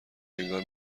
انگار